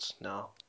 no